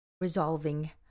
resolving